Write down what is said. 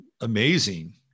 amazing